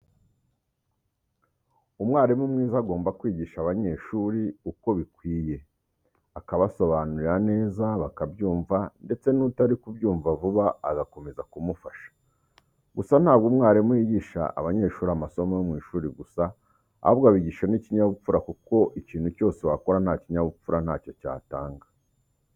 Umwarimu mwiza agomba kwigisha abanyeshuri uko bikwiye, akabasobanurira neza bakabyumva ndetse nutari kubyumva vuba agakomeza kumufasha .Gusa ntabwo umwarimu yigisha abanyeshuri amasomo yo mu ishuri gusa ahubwo abigisha n'ikinyabupfura kuko ikintu cyose wakora nta kinyabupfura ntacyo cyatanga.